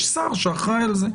יש שר שאחראי על זה.